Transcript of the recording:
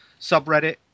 subreddit